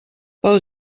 pel